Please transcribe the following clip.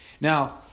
Now